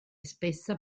spessa